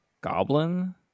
Goblin